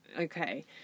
okay